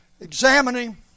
examining